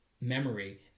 memory